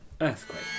Earthquake